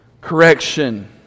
correction